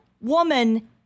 woman